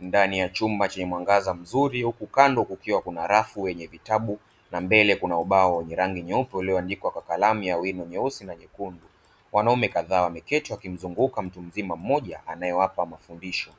Ndani ya chumba chenye mwangaza mzuri huku kando kukiwa na rafu yenye vitabu na mbele kuna ubao wenye rangi nyeupe ulioandikwa kwa kalamu ya wino mweusi na mwekundu. Wanaume kadhaa wameketi wakimzunguka mtu mzima mmoja anayewapa mafundisho,